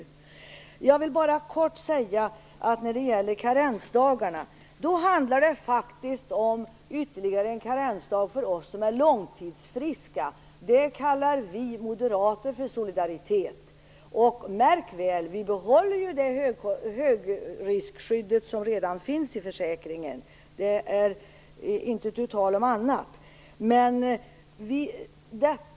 Vad gäller karensdagarna handlar det faktiskt om ytterligare en karensdag för oss som är långtidsfriska. Det kallar vi moderater för solidaritet. Märk väl att vi behåller det högriskskydd som redan finns i försäkringen. Det är inte tu tal om annat.